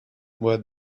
was